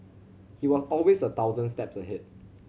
he was always a thousand steps ahead